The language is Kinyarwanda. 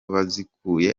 bazikuye